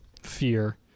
fear